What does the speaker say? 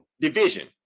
Division